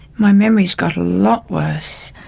my memory has got a lot worse.